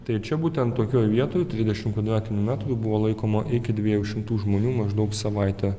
tai čia būtent tokioj vietoj trisdešim kvadratinių metrų buvo laikoma iki dviejų šimtų žmonių maždaug savaitę